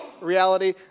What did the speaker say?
reality